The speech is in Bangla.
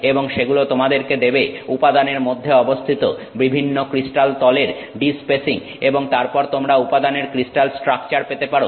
এবং সেগুলো তোমাদেরকে দেবে উপাদানের মধ্যে অবস্থিত বিভিন্ন ক্রিস্টাল তলের d স্পেসিং এবং তারপর তোমরা উপাদানের ক্রিস্টাল স্ট্রাকচার পেতে পারো